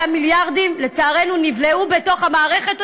אותם מיליארדים לצערנו נבלעו בתוך המערכת,